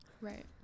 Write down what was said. right